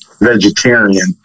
vegetarian